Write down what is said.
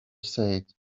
said